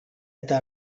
eta